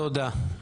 תודה.